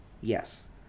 Yes